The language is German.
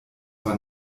war